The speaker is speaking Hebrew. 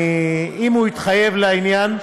אם הוא יתחייב לעניין,